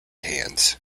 hands